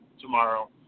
tomorrow